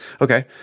Okay